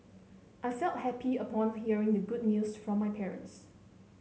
I felt happy upon hearing the good news from my parents